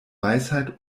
weisheit